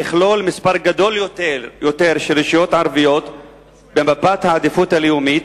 לכלול מספר גדול יותר של רשויות ערביות במפת העדיפות הלאומית,